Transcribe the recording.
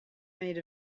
made